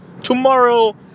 tomorrow